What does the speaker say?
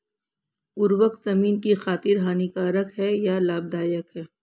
उर्वरक ज़मीन की खातिर हानिकारक है या लाभदायक है?